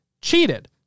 cheated